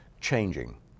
changing